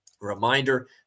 Reminder